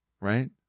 Right